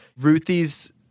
Ruthie's